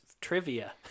trivia